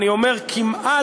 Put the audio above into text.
אני אומר כמעט,